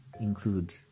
include